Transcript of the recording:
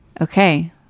okay